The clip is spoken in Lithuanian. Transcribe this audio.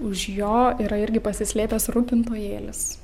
už jo yra irgi pasislėpęs rūpintojėlis